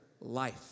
life